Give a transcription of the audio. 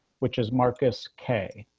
which is marcus k